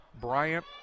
Bryant